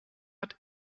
hat